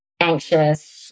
anxious